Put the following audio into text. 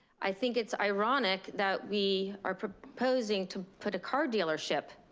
i think it's ironic that we are proposing to put a car dealership